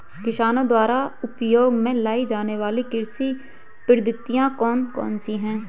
किसानों द्वारा उपयोग में लाई जाने वाली कृषि पद्धतियाँ कौन कौन सी हैं?